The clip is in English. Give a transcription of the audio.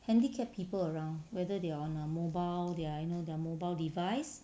handicapped people around whether they are on a mobile their you know their mobile device